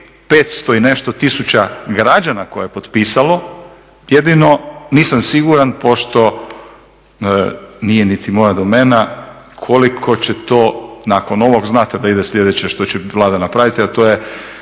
500 i nešto tisuća građana koji su potpisali, jedinio nisam siguran pošto nije niti moja domena koliko će to, nakon ovog znate da ide slijedeće što će Vlada napraviti a to je